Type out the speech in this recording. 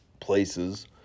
places